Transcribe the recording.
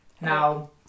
Now